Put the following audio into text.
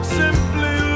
simply